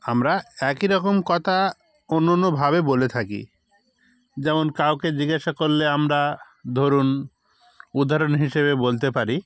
আমরা একই রকম কথা অন্য অন্যভাবে বলে থাকি যেমন কাউকে জিজ্ঞাসা করলে আমরা ধরুন উদাহরণ হিসেবে বলতে পারি